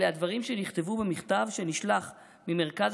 אלה הדברים שנכתבו במכתב שנשלח ממרכז